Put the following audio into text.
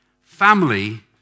Family